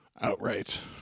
outright